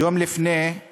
יום לפני כן